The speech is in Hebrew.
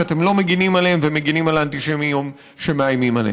שאתם לא מגינים עליהם ומגינים על האנטישמים שמאיימים עליהם.